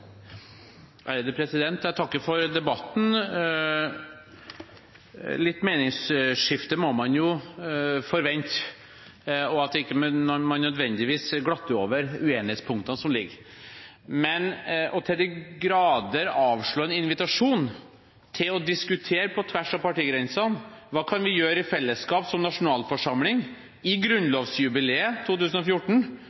Jeg takker for debatten. Litt meningsskifte må man forvente, og at man ikke nødvendigvis glatter over uenighetspunktene som ligger. Men til de grader å avslå en invitasjon til å diskutere på tvers av partigrensene hva vi i fellesskap kan gjøre som nasjonalforsamling i